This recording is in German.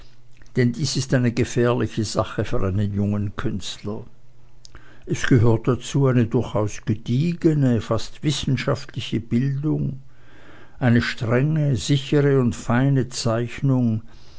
denn dies ist eine gefährliche sache für einen jungen künstler es gehört dazu eine durchaus gediegene fast wissenschaftliche bildung eine strenge sichere und feine zeichnung